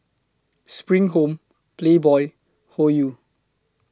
SPRING Home Playboy Hoyu